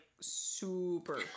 super